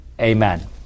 Amen